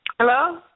Hello